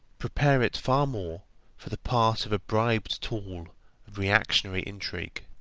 prepare it far more for the part of a bribed tool of reactionary intrigue.